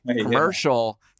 commercial